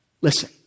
Listen